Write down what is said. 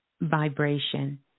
Vibration